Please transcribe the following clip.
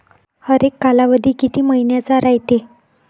हरेक कालावधी किती मइन्याचा रायते?